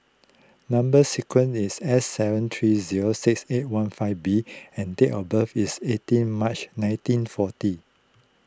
Number Sequence is S seven three zero six eight one five B and date of birth is eighteen March nineteen forty